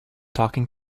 talking